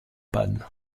panne